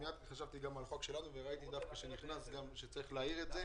מיד חשבתי על החוק שלנו וחשבתי שעלינו לבדוק מה